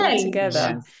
together